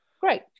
Great